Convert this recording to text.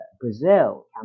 Brazil